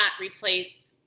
replace